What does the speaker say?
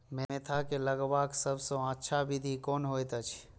Mentha के लगवाक सबसँ अच्छा विधि कोन होयत अछि?